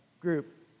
group